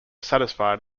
satisfied